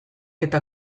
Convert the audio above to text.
eta